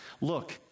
Look